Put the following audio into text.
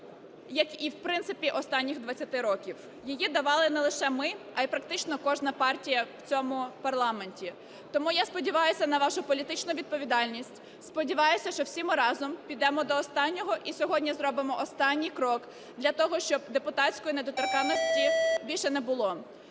як і, в принципі, останніх 20 років. Її давали не лише ми, а й практично кожна партія в цьому парламенті. Тому я сподіваюсь на вашу політичну відповідальність. Сподіваюсь, що всі ми разом підемо до останнього і сьогодні зробимо останній крок для того, щоб депутатської недоторканності більше не було.